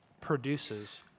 produces